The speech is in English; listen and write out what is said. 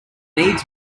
needs